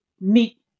meet